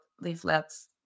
leaflets